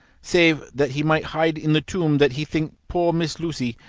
save that he might hide in the tomb that he think poor miss lucy,